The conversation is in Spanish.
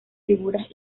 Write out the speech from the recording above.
figuras